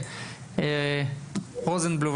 רוזנבלום,